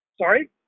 Sorry